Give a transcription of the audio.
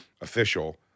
official